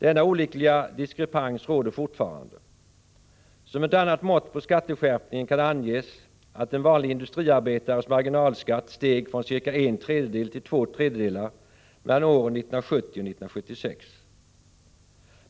Denna olyckliga diskrepans råder fortfarande. Som ett annat mått på skatteskärpningen kan anges att en vanlig industriarbetares marginalskatt steg från cirka en tredjedel till två tredjedelar mellan åren 1970 och 1976.